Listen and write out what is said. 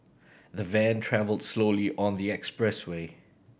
the van travelled slowly on the expressway